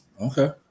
Okay